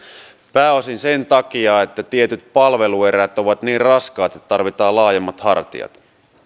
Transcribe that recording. pääosin sen takia että tietyt palveluerät ovat niin raskaat että tarvitaan laajemmat hartiat